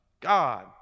God